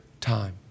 time